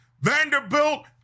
Vanderbilt